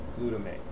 glutamate